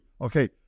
Okay